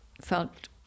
felt